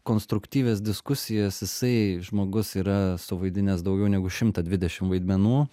konstruktyvias diskusijas jisai žmogus yra suvaidinęs daugiau negu šimtą dvidešimt vaidmenų